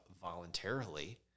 voluntarily